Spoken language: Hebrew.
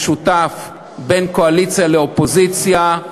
משותף וקואליציה ולאופוזיציה,